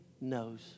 knows